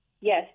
Yes